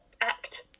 act